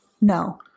No